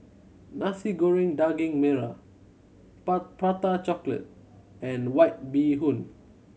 Nasi Goreng Daging Merah Prata Chocolate and White Bee Hoon